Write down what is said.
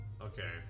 Okay